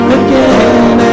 again